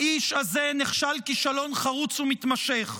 האיש הזה נכשל כישלון חרוץ ומתמשך,